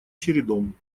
чередом